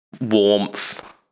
warmth